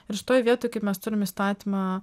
ir šitoje vietoj kaip mes turim įstatymą